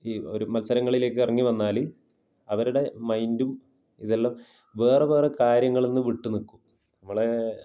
ഈ ഒരു മത്സരങ്ങളിലേക്ക് ഇറങ്ങി വന്നാൽ അവരുടെ മൈന്ഡും ഇതെല്ലാം വേറെ വേറെ കാര്യങ്ങളിൽ നിന്ന് വിട്ടു നിൽക്കും നമ്മളെ